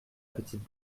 petite